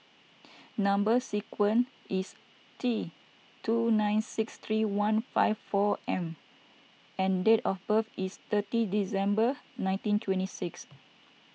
Number Sequence is T two nine six three one five four M and date of birth is thirty December nineteen twenty six